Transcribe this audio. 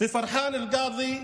ופרחאן אלקאדי,